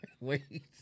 Wait